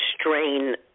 strain